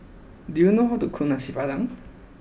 do you know how to cook Nasi Padang